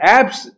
Apps